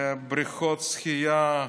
בריכות השחייה,